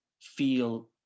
feel